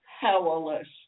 powerless